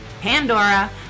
Pandora